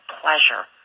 pleasure